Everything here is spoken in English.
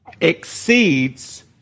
exceeds